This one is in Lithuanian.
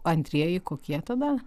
antrieji kokie tada